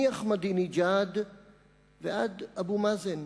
מאחמדינג'אד ועד אבו מאזן,